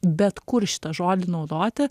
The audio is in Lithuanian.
bet kur šitą žodį naudoti